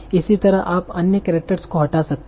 इसी तरह आप अन्य करैक्टरस को हटा सकते हैं